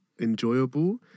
enjoyable